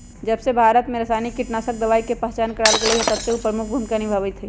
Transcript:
जबसे भारत में रसायनिक कीटनाशक दवाई के पहचान करावल गएल है तबसे उ प्रमुख भूमिका निभाई थई